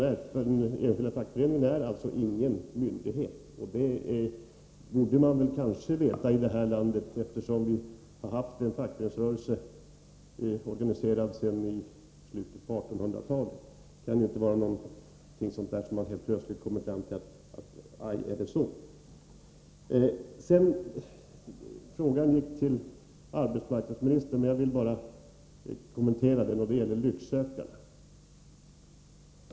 Den enskilda fackföreningen är alltså ingen myndighet, och det borde Sten Svensson veta, eftersom vi här i landet har haft en organiserad fackföreningsrörelse sedan slutet av 1800-talet. Det kan inte vara någonting som man helt plötsligt kommer fram till och säger: Aj, är det så? Frågan riktades visserligen till arbetsmarknadsministern, men jag vill kommentera den. Det gällde lycksökarna.